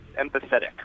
empathetic